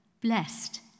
blessed